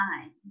time